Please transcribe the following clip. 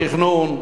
בתכנון,